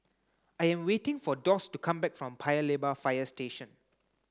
I am waiting for Doss to come back from Paya Lebar Fire Station